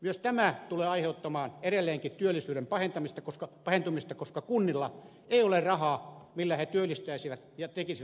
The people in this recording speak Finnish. myös tämä tulee aiheuttamaan edelleenkin työllisyyden pahentumista koska kunnilla ei ole rahaa millä he työllistäisivät ja tekisivät uusia investointeja